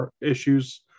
issues